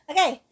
Okay